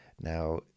now